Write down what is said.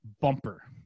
Bumper